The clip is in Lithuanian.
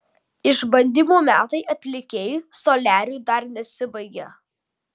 išbandymų metai atlikėjui soliariui dar nesibaigė